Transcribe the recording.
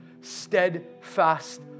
steadfast